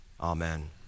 Amen